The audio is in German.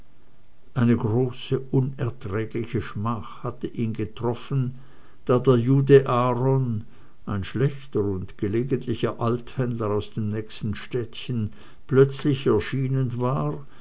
eine große unerträgliche schmach hatte ihn getroffen da der jude aaron ein schlächter und gelegentlicher althändler aus dem nächsten städtchen plötzlich erschienen war